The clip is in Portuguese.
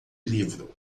livro